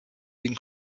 den